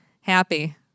happy